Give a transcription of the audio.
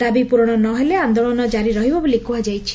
ଦାବି ପୂରଣ ନ ହେଲେ ଆନ୍ଦୋଳନ ଜାରି ରହିବ ବୋଲି କୁହାଯାଇଛି